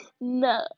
no